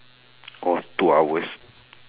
oh two hours